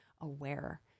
Aware